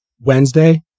Wednesday